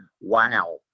wow